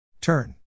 turn